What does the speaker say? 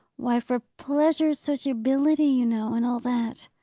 why, for pleasure sociability, you know, and all that.